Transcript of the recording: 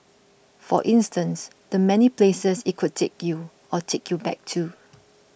for instance the many places it could take you or take you back to